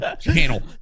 channel